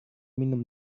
minum